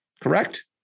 correct